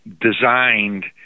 designed